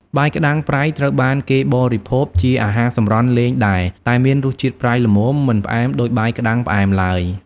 បាយក្ដាំងប្រៃត្រូវបានគេបរិភោគជាអាហារសម្រន់លេងដែរ តែមានរសជាតិប្រៃល្មម មិនផ្អែមដូចបាយក្ដាំងផ្អែមឡើយ។